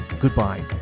goodbye